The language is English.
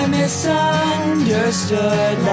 misunderstood